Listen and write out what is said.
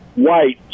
White